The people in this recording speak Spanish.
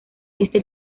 este